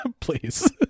please